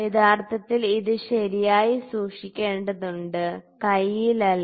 യഥാർത്ഥത്തിൽ ഇത് ശരിയായി സൂക്ഷിക്കേണ്ടതുണ്ട് കയ്യിലല്ല